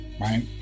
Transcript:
right